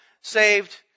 saved